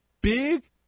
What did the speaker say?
big